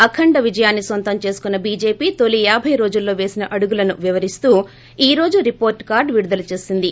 అఖండ విజయాన్ని నొంత చేసుకున్న బిజేపీ తొలి యాబై రోజుల్లో పేసిన అడుగులను వివరిస్తూ ఈ రోజు రిపోర్లు కార్లు విడుదల చేసింది